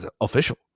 official